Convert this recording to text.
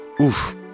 Oof